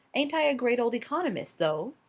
ain't i a great old economist, though?